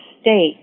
state